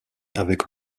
avec